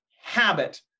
habit